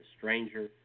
stranger